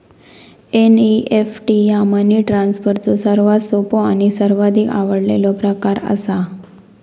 NEFT ह्या money ट्रान्सफरचो सर्वात सोपो आणि सर्वाधिक आवडलेलो प्रकार असा